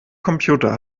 computer